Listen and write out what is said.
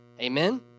Amen